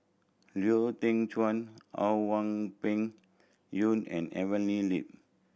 Lau Teng Chuan How Wang Peng Yuan and Evelyn Lip